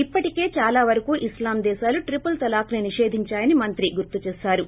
ఇప్పటికే దాలా వరకూ ఇస్లాం దేశాలు ట్రిపుల్ తలాక్ ని నిషేధించాయని మంత్రి గుర్తు చేశారు